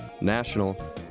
national